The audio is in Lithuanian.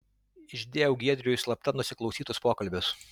išdėjau giedriui slapta nusiklausytus pokalbius